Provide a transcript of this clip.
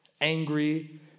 angry